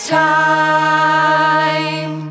time